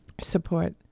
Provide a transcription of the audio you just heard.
support